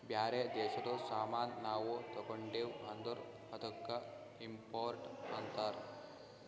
ಬ್ಯಾರೆ ದೇಶದು ಸಾಮಾನ್ ನಾವು ತಗೊಂಡಿವ್ ಅಂದುರ್ ಅದ್ದುಕ ಇಂಪೋರ್ಟ್ ಅಂತಾರ್